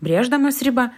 brėždamas ribą